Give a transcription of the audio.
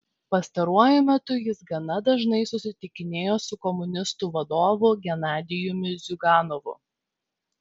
pastaruoju metu jis gana dažnai susitikinėjo su komunistų vadovu genadijumi ziuganovu